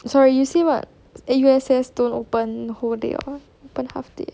sorry you say what U_S_S don't open whole day ah open half day